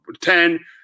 Ten